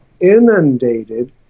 inundated